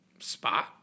spot